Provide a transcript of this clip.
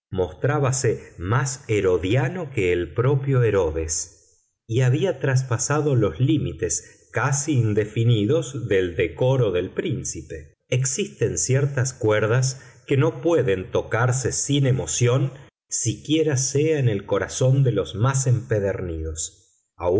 cuestión mostrábase más herodiano que el propio herodes y había traspasado los límites casi indefinidos del decoro del príncipe existen ciertas cuerdas que no pueden tocarse sin emoción siquiera sea en el corazón de los más empedernidos